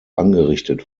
angerichtet